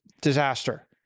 disaster